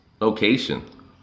Location